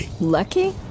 lucky